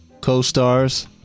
co-stars